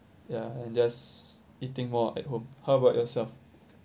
ya and just eating more at home how about yourself